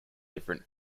different